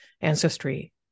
ancestry